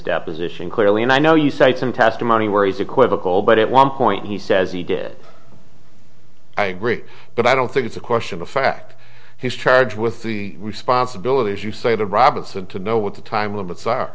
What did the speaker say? deposition clearly and i know you cite some testimony where he's equivocal but at one point he says he did i agree but i don't think it's a question of fact he's charged with the responsibility as you say to robinson to know what the time limits are